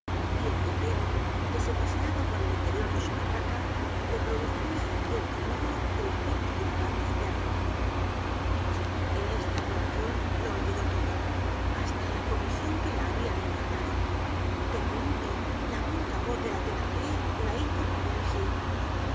y el tendero que se paseaba por el interior de su barraca le producia en cierto modo el efecto de un padre eterno en esta adoracion lo olvidó todo hasta la comision que la habian encargado de pronto la bronca voz de la thenardier la hizo volver en sí